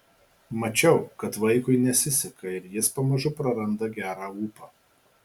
mačiau kad vaikui nesiseka ir jis pamažu praranda gerą ūpą